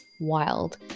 wild